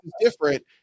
different